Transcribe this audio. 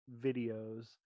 videos